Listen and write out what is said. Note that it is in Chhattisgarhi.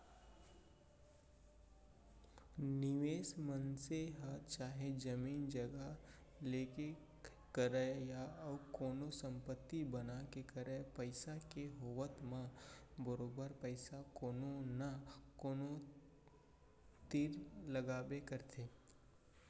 निवेस मनसे ह चाहे जमीन जघा लेके करय या अउ कोनो संपत्ति बना के करय पइसा के होवब म बरोबर पइसा कोनो न कोनो तीर लगाबे करथे